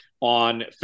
on